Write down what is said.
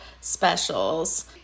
specials